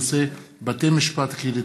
הכנסת חנין זועבי בנושא: בתי משפט קהילתיים,